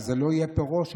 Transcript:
וזה לא יהיה פר ראש,